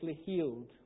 healed